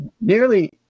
Nearly